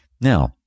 Now